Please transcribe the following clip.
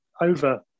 over